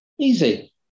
Easy